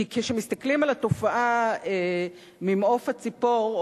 כי כשמסתכלים על התופעה ממעוף הציפור,